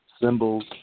symbols